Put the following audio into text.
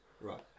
Right